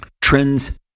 trends